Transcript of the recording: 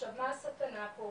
עכשיו מה הסכנה פה?